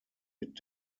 mit